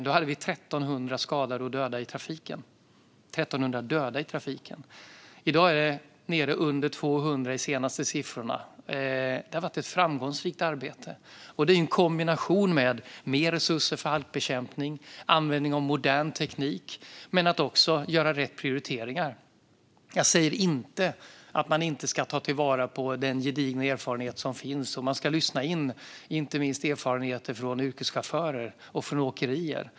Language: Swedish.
Då hade vi 1 300 döda i trafiken. I dag är antalet nere i under 200 enligt de senaste siffrorna. Det har varit ett framgångsrikt arbete. Det är i kombination med mer resurser för halkbekämpning och användning av modern teknik. Men det handlar också om att göra rätt prioriteringar. Jag säger inte att man inte ska ta till vara den gedigna erfarenhet som finns. Man ska lyssna in inte minst erfarenheter från yrkeschaufförer och åkerier.